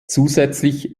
zusätzlich